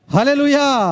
Hallelujah